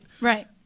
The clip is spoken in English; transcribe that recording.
right